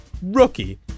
rookie